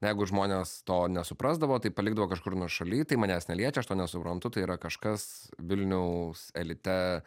jeigu žmonės to nesuprasdavo tai palikdavo kažkur nuošaly tai manęs neliečia aš to nesuprantu tai yra kažkas vilniaus elite